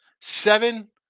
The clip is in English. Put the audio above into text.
Seven